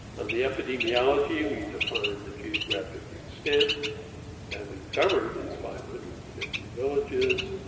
on the epidemiology we defined the geographic extent having covered these five hundred and fifty villages.